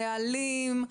נהלים,